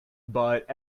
but